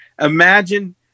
Imagine